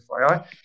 FYI